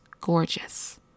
gorgeous